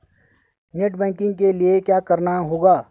Net banking के लिए क्या करना होगा?